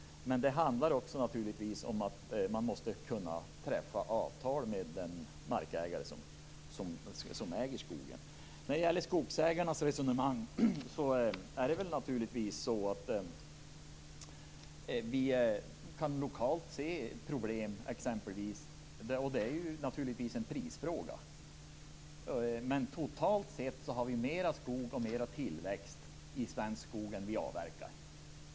Men det handlar naturligtvis också om att man måste kunna träffa avtal med den markägare som äger skogen. När det gäller skogsägarnas resonemang kan vi naturligtvis se problem lokalt. Detta är förstås en prisfråga. Men totalt sett har vi mer skog och mer tillväxt i svensk skog än vad vi avverkar.